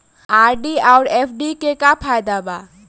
RD आउर FD के का फायदा बा?